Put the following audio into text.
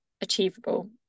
achievable